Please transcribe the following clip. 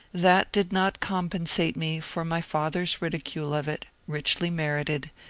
that did not compen sate me for my father's ridicule of it, richly merited,